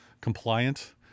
compliant